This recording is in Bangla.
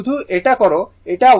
শুধু এটা করো এটা 1154 হবে